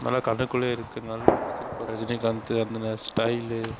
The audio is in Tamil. நல்ல கதைக்குள்ளயே இருக்குது நல்லா நடிச்சிருப்பாரு ரஜினிகாந்த் அந்த மாதிரி ஸ்டைலு